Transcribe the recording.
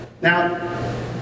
Now